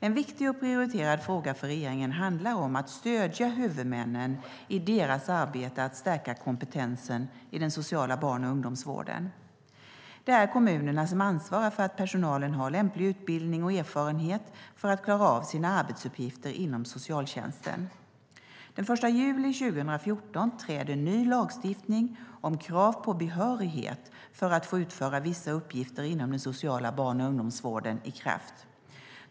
En viktig och prioriterad fråga för regeringen handlar om att stödja huvudmännen i deras arbete att stärka kompetensen i den sociala barn och ungdomsvården. Det är kommunerna som ansvarar för att personalen har lämplig utbildning och erfarenhet för att klara av sina arbetsuppgifter inom socialtjänsten. Den 1 juli 2014 träder ny lagstiftning om krav på behörighet för att få utföra vissa uppgifter inom den sociala barn och ungdomsvården i kraft.